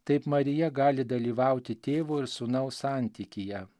taip marija gali dalyvauti tėvo ir sūnaus santykyje